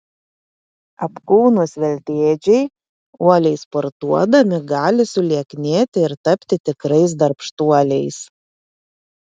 apkūnūs veltėdžiai uoliai sportuodami gali sulieknėti ir tapti tikrais darbštuoliais